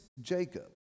Jacob